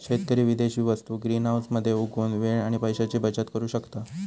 शेतकरी विदेशी वस्तु ग्रीनहाऊस मध्ये उगवुन वेळ आणि पैशाची बचत करु शकता